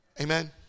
Amen